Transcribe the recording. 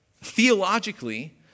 Theologically